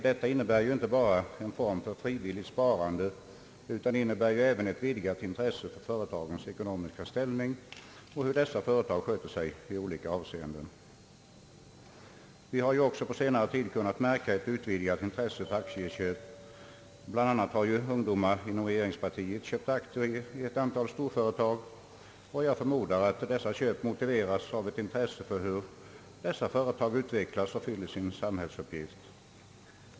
Detta innebär ju inte bara en form för frivilligt sparande utan innebär även ett vidgat intresse för företagens ekonomiska ställning och för hur dessa företag sköter sig i olika avseenden. Vi har ju under den senaste tiden kunnat notera ett utvidgat intresse för aktieköp. Bl.a. har ju ungdomar inom regeringspartiet köpt aktier i ett antal storföretag, och jag förmodar att dessa köp har motiverats av ett intresse för hur dessa företag utvecklas och fyller sin samhällsuppgift.